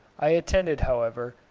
i attended, however,